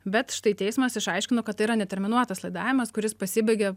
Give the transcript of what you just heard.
bet štai teismas išaiškino kad tai yra neterminuotas laidavimas kuris pasibaigė